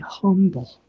humble